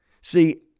See